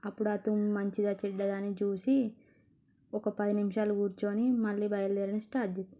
అప్పుడు ఆ తుమ్ము మంచిదా చెడ్డదా అని చూసి ఒక పది నిమిషాలు కూర్చొని మళ్ళి బయలుదేరడం స్టార్ట్ చేస్తా